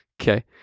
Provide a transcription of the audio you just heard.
okay